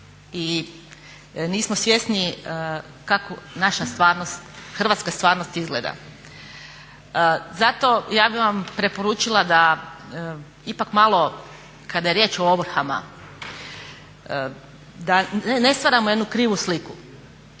i nismo svjesni kako naša stvarnost, hrvatska stvarnost izgleda. Zato ja bi vam preporučila da ipak malo kada je riječ o ovrhama da ne stvarno jednu krivu sliku,